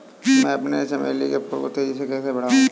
मैं अपने चमेली के फूल को तेजी से कैसे बढाऊं?